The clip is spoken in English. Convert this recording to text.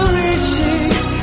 reaching